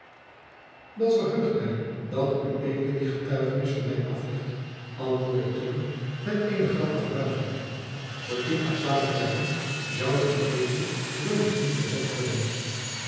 dat verheugt mij dat ued die getuigenis van mij aflegt antwoordde teun met eene grappige buiging voor tien a twaalf jaren zoude ued zoo iets niet gezegd hebben